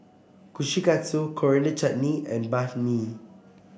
Kushikatsu Coriander Chutney and Banh Mi